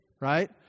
right